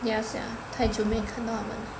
ya sia 太久没看到他们了